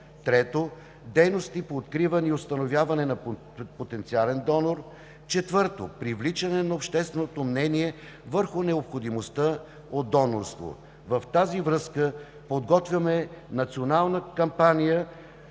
3. дейности по откриване и установяване на потенциален донор; 4. привличане на общественото мнение върху необходимостта от донорство. В тази връзка подготвяме национална кампания